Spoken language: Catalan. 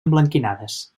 emblanquinades